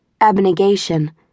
abnegation